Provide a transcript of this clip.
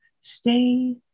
stay